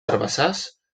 herbassars